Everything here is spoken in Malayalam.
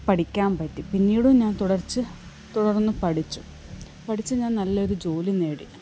പഠിക്കാൻ പറ്റി പിന്നീടും ഞാൻ തുടർന്നു പഠിച്ചു പഠിച്ച് ഞാൻ നല്ലൊരു ജോലി നേടി